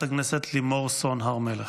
לימור סון הר מלך.